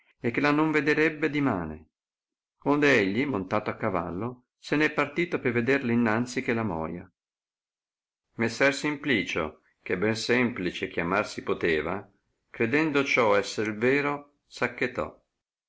e che la non vederebbe dimane onde egli montato a cavallo se ne è partito per vederla innanzi che la moia messer simplicio che ben semplice chiamar si poteva credendo ciò esser il vero s acchetò